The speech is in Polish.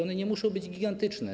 One nie muszą być gigantyczne.